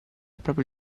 proprio